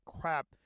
crap